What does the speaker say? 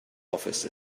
office